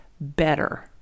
better